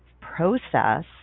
process